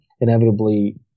inevitably